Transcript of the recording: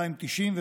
290,